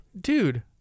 Dude